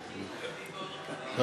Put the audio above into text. אמן.